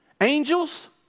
Angels